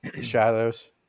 Shadows